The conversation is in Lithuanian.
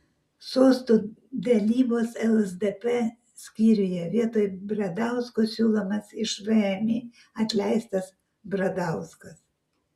sostų dalybos lsdp skyriuje vietoj bradausko siūlomas iš vmi atleistas bradauskas